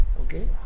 okay